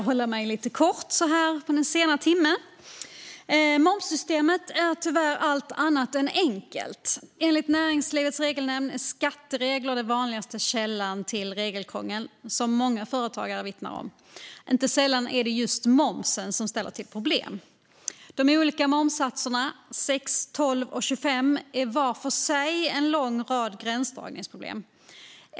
Herr talman! Momssystemet är tyvärr allt annat än enkelt. Enligt Näringslivets Regelnämnd är skatteregler den vanligaste källa till regelkrångel som många företagare vittnar om. Inte sällan är det just momsen som ställer till problem. De olika momssatserna 6, 12 och 25 innebär var för sig en lång rad gränsdragningsproblem.